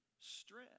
Stress